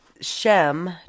Shem